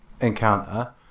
encounter